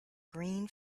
green